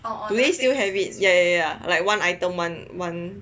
do they still have it yeah yeah yeah yeah like one item one one